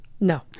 No